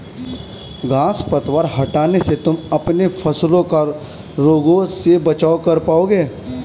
घांस पतवार हटाने से तुम अपने फसलों का रोगों से बचाव कर पाओगे